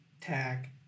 tag